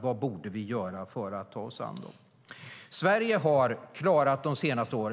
Vad borde vi göra för att ta oss an problemen?